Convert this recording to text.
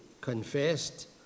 confessed